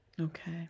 Okay